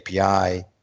API